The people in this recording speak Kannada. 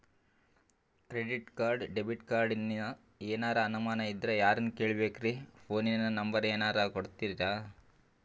ಕ್ರೆಡಿಟ್ ಕಾರ್ಡ, ಡೆಬಿಟ ಕಾರ್ಡಿಂದ ಏನರ ಅನಮಾನ ಇದ್ರ ಯಾರನ್ ಕೇಳಬೇಕ್ರೀ, ಫೋನಿನ ನಂಬರ ಏನರ ಕೊಡ್ತೀರಿ?